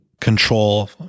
control